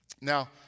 Now